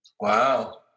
Wow